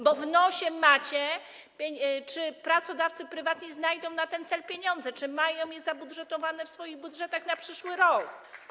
Bo w nosie macie, czy pracodawcy prywatni znajdą na ten cel pieniądze, czy mają je zabudżetowane, mają je w swoich budżetach na przyszły rok.